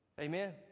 Amen